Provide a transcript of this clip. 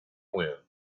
when